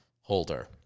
holder